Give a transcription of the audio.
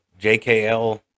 jkl